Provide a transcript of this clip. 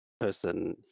person